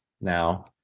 now